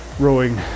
rowing